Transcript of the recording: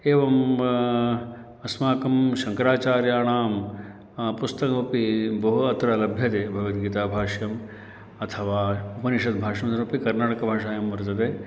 एवम् अस्माकं शङ्कराचार्याणां पुस्तकमपि बहु अत्र लभ्यते भगवद्गीताभाष्यम् अथवा उपनिषद्भाष्यम् इत्यपि कर्णाटकभाषायां वर्तते